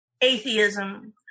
atheism